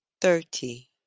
Thirty